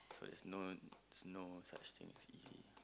so there's no there's no such thing as easy